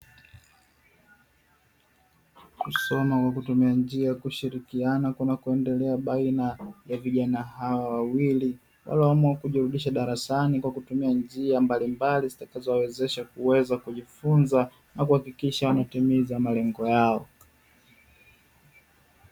Kusoma kawa kutumia njia ya kushilikiana kunako endelea baina ya vijana hawa wawili, walioamua kujirudisha darasani kwa kutumia njia mbalimbali ziatakazo wawezesha kuweza kujifunza na kuhakikisha wana timiza malengo yao.